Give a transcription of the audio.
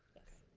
yes.